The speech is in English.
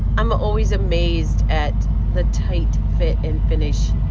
i'm always amazed at the tight fit and finish